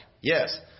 Yes